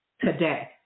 today